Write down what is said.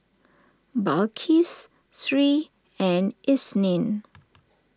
Balqis Sri and Isnin